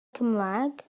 cymraeg